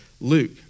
Luke